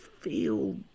feel